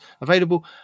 available